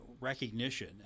recognition